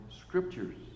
scriptures